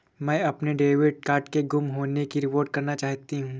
मैं अपने debit card के गुम होने की रिपोर्ट करना चाहती हूँ